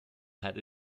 had